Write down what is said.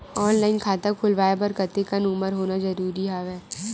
Online खाता खुलवाय बर कतेक उमर होना जरूरी हवय?